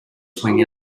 swing